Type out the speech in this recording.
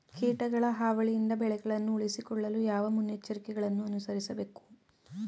ಕೀಟಗಳ ಹಾವಳಿಯಿಂದ ಬೆಳೆಗಳನ್ನು ಉಳಿಸಿಕೊಳ್ಳಲು ಯಾವ ಮುನ್ನೆಚ್ಚರಿಕೆಗಳನ್ನು ಅನುಸರಿಸಬೇಕು?